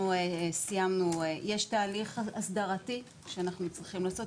יש תהליך הסדרתי שאנחנו צריכים לעשות,